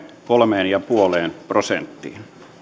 kolmeen pilkku viiteen prosenttiin